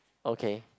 okay